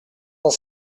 cent